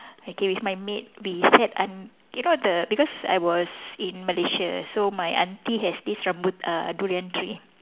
okay with my maid we sat un~ you know the because I was in Malaysia so my aunty has this rambut~ uh durian tree